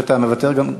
שאתה מוותר גם,